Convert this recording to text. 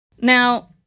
Now